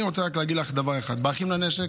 אני רוצה להגיד לך רק דבר אחד: באחים לנשק,